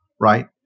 right